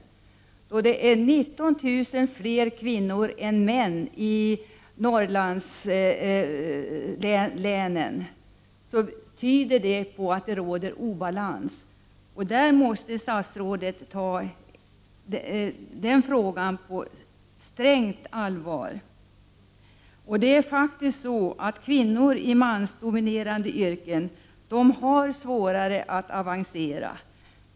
Det förhållandet att det är 19 000 färre kvinnor än män i Norrlandslänen tyder på att det råder obalans. Denna fråga måste statsrådet ta på strängt allvar. Kvinnor i mansdominerade yrken har svårare än männen att avancera.